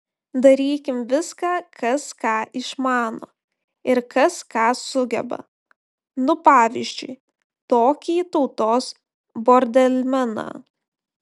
darykim viską kas ką išmano ir kas ką sugeba nu pavyzdžiui tokį tautos bordelmeną